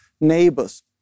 neighbors